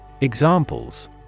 Examples